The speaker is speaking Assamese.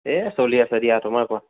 এ চলি আছে দিয়া তোমাৰ কোৱা